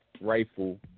rifle